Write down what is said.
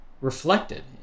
reflected